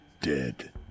dead